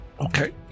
Okay